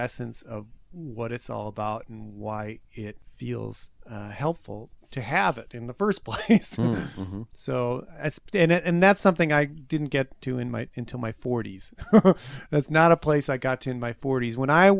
essence of what it's all about and why it feels helpful to have it in the first place so at the end that's something i didn't get to in my into my forty's that's not a place i got in my forty's when i